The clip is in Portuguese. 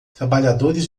trabalhadores